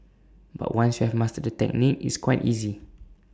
but once you have mastered the technique it's quite easy